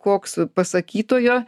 koks pasakytojo